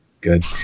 Good